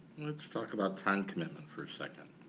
let's talk about time commitment for a second.